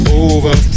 over